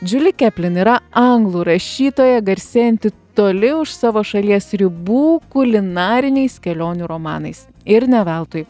džuli keplin yra anglų rašytoja garsėjanti toli už savo šalies ribų kulinariniais kelionių romanais ir ne veltui